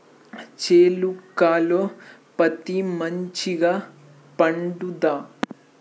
చేలుక లో పత్తి మంచిగా పండుద్దా?